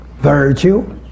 virtue